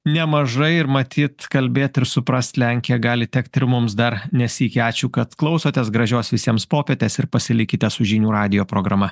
nemažai ir matyt kalbėt ir suprast lenkiją gali tekt ir mums dar ne sykį ačiū kad klausotės gražios visiems popietės ir pasilikite su žinių radijo programa